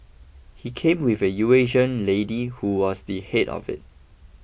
he came with a Eurasian lady who was the head of it